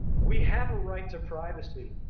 we have a right to privacy.